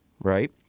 right